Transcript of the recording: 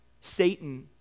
Satan